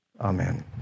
Amen